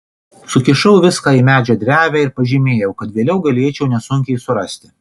sukišau viską į medžio drevę ir pažymėjau kad vėliau galėčiau nesunkiai surasti